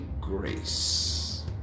grace